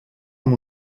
amb